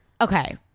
okay